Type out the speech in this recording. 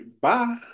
Bye